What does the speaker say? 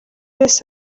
wese